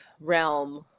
realm